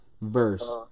verse